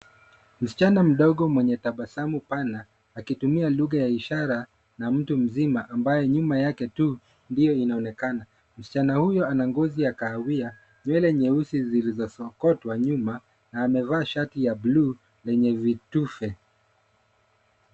Msichana mdogo mwenye tabasamu pana akitumia lugha ya ishara na mtu mzima ambaye nyuma yake tu ndio inaonekana. Msichana huyo ana ngozi ya kahawia, nywele nyeusi zilizosokotwa nyuma na amevaa shati ya bluu lenye vitufe.